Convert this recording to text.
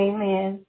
Amen